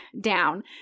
down